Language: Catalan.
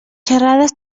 xerrades